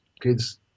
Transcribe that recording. kids –